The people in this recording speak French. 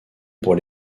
pour